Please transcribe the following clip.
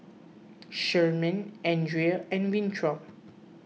Sherman andria and Winthrop